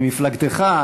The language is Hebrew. ממפלגתך,